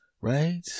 Right